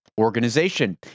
organization